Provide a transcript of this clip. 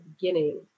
beginning